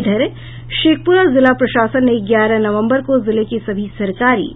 इधर शेखपुरा जिला प्रशासन ने ग्यारह नवंबर को जिले के सभी सरकारी